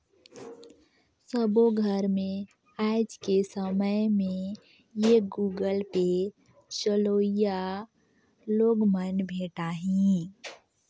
सबो घर मे आएज के समय में ये गुगल पे चलोइया लोग मन भेंटाहि